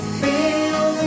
feel